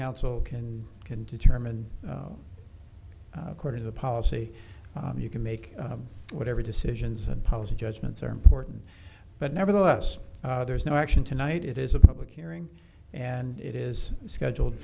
council can can determine according to the policy you can make whatever decisions and policy judgments are important but nevertheless there is no action tonight it is a public hearing and it is scheduled